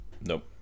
Nope